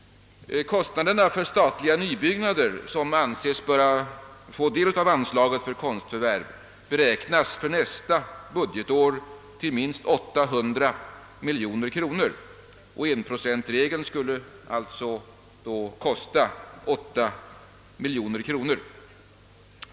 Kostnaderna för statliga nybyggnader, som anses böra få del av anslaget för konstförvärv, beräknas för nästa budgetår till minst 800 miljoner kronor, och tilllämpning av procentregeln skulle alltså kosta 8 miljoner kronor.